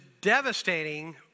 devastating